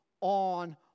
on